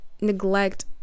neglect